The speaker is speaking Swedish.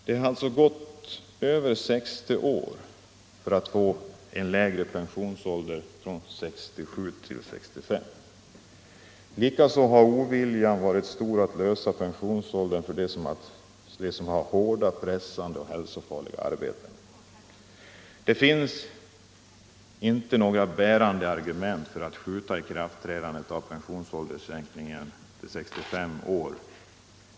Det har alltså gått över 60 år innan vi får en sänkning av pensionsåldern från 67 till 65 år. Likaså har oviljan varit stor att lösa pensionsfrågan för dem som har hårda, pressande och hälsofarliga arbeten. 53 Det finns inte några bärande argument för att uppskjuta ikraftträdandet av pensionsålderssänkningen till 65 år.